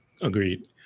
Agreed